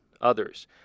others